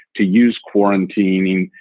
to use quarantine,